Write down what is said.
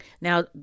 Now